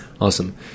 Awesome